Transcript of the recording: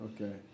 Okay